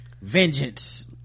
vengeance